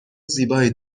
زیبایی